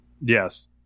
Yes